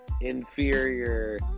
inferior